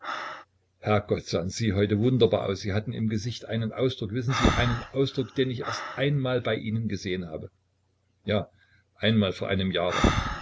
herrgott sahn sie heute wunderbar aus sie hatten im gesicht einen ausdruck wissen sie einen ausdruck den ich erst einmal bei ihnen gesehen habe ja einmal vor einem jahre